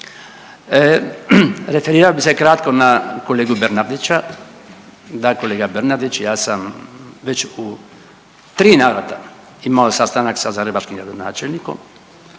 Referirao bi se kratko na kolegu Bernardića, da kolega Bernardić ja sam već u tri navrata imao sastanak sa zagrebačkim gradonačelnikom